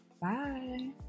Bye